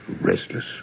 restless